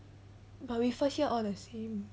but we first year all the same